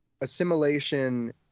assimilation